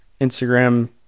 Instagram